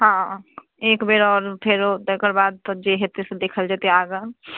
हँ हँ एक बेर आओर फेरो तकर बात तऽ जे होयतै से देखल जयतै आगाँ